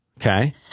Okay